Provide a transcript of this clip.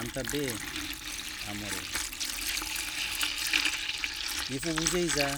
Amta be amore ifo wuje eiza